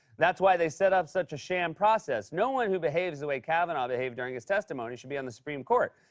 that's why they set up such a sham process. no one who behaves the way kavanaugh behaved during his testimony should be on the supreme court.